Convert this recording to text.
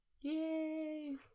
Yay